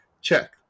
Check